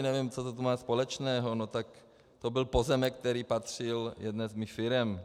Nevím, co to má společného, no tak to byl pozemek, který patřil jeden z mých firem.